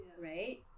right